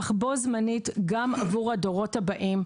אך גם לצורך הדורות הבאים,